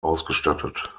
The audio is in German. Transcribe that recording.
ausgestattet